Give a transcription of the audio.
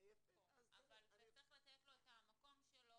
אבל צריך לתת לו את המקום שלו,